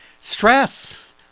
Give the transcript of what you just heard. Stress